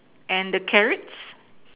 and the carrots